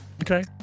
Okay